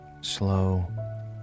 slow